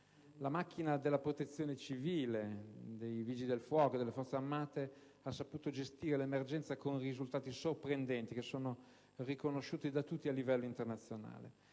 La macchina della Protezione civile, dei Vigili del fuoco e delle Forze armate ha saputo gestire l'emergenza con risultati sorprendenti, riconosciuti da tutti a livello internazionale.